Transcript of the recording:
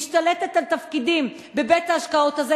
משתלטת על תפקידים בבית-ההשקעות הזה,